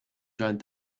joined